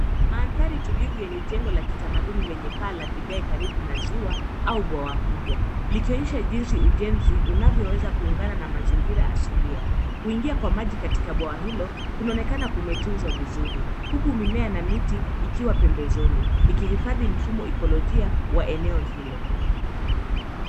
Mandhari tulivu yenye jengo la kitamaduni lenye paa la vigae karibu na ziwa au bwawa kubwa likionyesha jinsi ujenzi unavyoweza kuungana na mazingira asilia. Kuingia kwa maji katika bwawa hilo kunaonekana kumetunzwa vizuri huku mimea na miti ikiwa pembezoni ikihifadhi mfumo ikolojia wa eneo hilo.